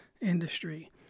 industry